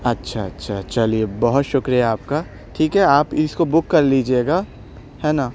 اچھا اچھا چلئے بہت شکریہ آپ کا ٹھیک ہے آپ اس کو بک کر لیجئے گا ہے نا